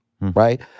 Right